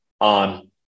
on